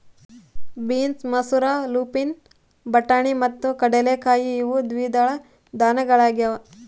beans ಮಸೂರ lupin ಬಟಾಣಿ ಮತ್ತು ಕಡಲೆಕಾಯಿ ಇವು ದ್ವಿದಳ ಧಾನ್ಯಗಳಾಗ್ಯವ